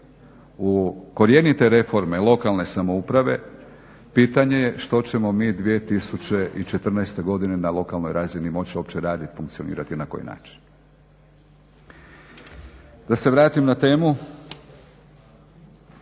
u korjenite reforme lokalne samouprave, pitanje je što ćemo mi 2014. godine na lokalnoj razini moć opće radit, funkcionirat i na koji način. Da se vratim na temu,